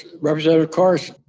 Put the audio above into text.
representative carson?